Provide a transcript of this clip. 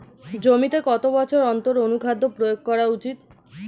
জমিতে কত বছর অন্তর অনুখাদ্য প্রয়োগ করা উচিৎ?